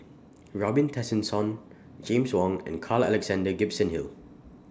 Robin Tessensohn James Wong and Carl Alexander Gibson Hill